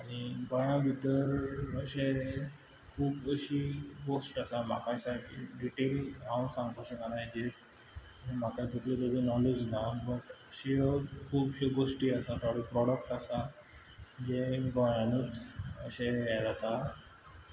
आनी गोंयां भितर अशे खूब अशीं लिस्ट आसा म्हाका सारकीं डिटेल अशी हांव सांगपाक शकना हेचेर म्हाका तितली तेची नॉलेज ना बट अश्यो खुबश्यो गोष्टी आसा प्रोडक्ट आसा जे गोंयांनूच अशें हें जाता